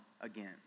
again